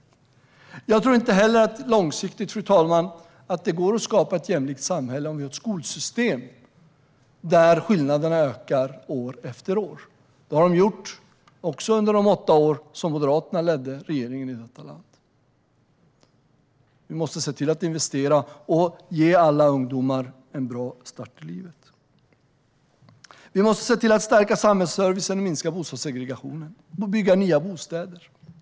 Fru talman! Jag tror inte heller att det långsiktigt går att skapa ett jämlikt samhälle om vi har ett skolsystem där skillnaderna ökar år efter år. Det gjorde de också under de åtta år som Moderaterna ledde regeringen i detta land. Vi måste se till att investera och ge alla ungdomar en bra start i livet. Vi måste se till att stärka samhällsservicen och minska bostadssegregationen, genom att bygga nya bostäder.